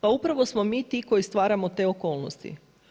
Pa upravo smo mi ti koji stvaramo te okolnosti.